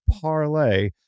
parlay